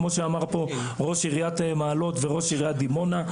כמו שאמר פה ראש עיריית מעלות וראש עיריית דימונה,